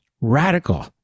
radical